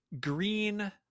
green